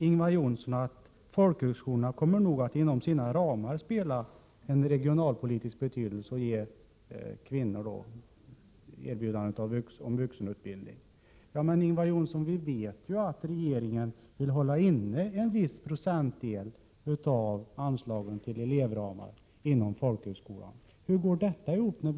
Ingvar Johnsson säger att folkhögskolorna nog kommer att inom sina ramar spela en regionalpolitisk roll och ge kvinnor erbjudande om vuxenutbildning. Ja, men vi vet ju, Ingvar Johnsson, att regeringen vill hålla inne en viss procentdel av anslagen till elevramar inom folkhögskolan. Hur går detta ihop?